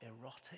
erotic